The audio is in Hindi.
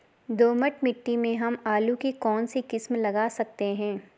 दोमट मिट्टी में हम आलू की कौन सी किस्म लगा सकते हैं?